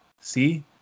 see